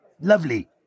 Lovely